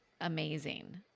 amazing